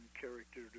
character